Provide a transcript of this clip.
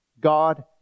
God